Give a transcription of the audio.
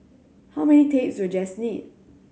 how many tapes will Jess need